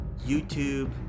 YouTube